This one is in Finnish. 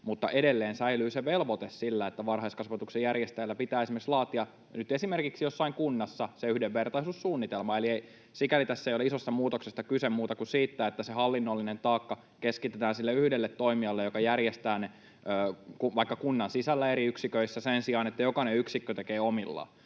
mutta edelleen säilyy se velvoite, että varhaiskasvatuksen järjestäjän pitää esimerkiksi laatia esimerkiksi jossain kunnassa se yhdenvertaisuussuunnitelma. Eli sikäli tässä ei ole isosta muutoksesta kyse muuta kuin siitä, että se hallinnollinen taakka keskitetään sille yhdelle toimijalle, joka järjestää ne vaikka kunnan sisällä eri yksiköissä sen sijaan, että jokainen yksikkö tekee omillaan.